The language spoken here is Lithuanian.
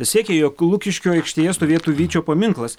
siekė jog lukiškių aikštėje stovėtų vyčio paminklas